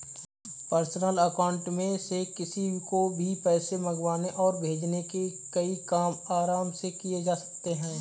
personal account में से किसी को भी पैसे मंगवाने और भेजने के कई काम आराम से किये जा सकते है